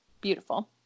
beautiful